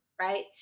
Right